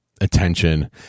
attention